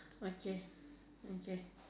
okay okay